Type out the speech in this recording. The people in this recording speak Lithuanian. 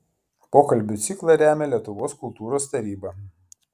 pokalbių ciklą remia lietuvos kultūros taryba